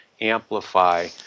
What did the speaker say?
amplify